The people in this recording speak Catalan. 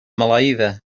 maleïda